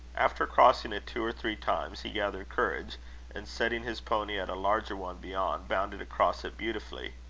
after crossing it two or three times, he gathered courage and setting his pony at a larger one beyond, bounded across it beautifully.